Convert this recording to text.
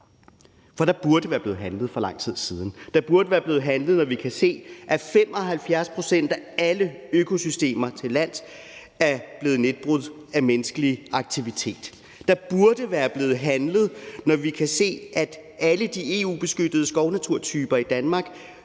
For der burde være blevet handlet for lang tid siden. Der burde være blevet handlet, når vi kan se, at 75 pct. af alle økosystemer til lands er blevet nedbrudt af menneskelig aktivitet. Der burde være blevet handlet, når vi faktisk kan se, at alle de EU-beskyttede skovnaturtyper i Danmark